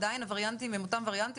עדיין הווריאנטים הם אותם וריאנטים,